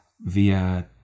via